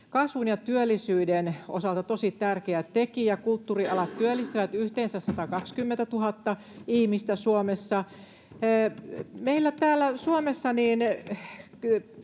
kasvun ja työllisyyden osalta tosi tärkeä tekijä. Kulttuurialat työllistävät yhteensä 120 000 ihmistä Suomessa. Meillä täällä Suomessa